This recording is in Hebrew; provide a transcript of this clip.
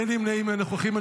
אין נמנעים ואין נוכחים.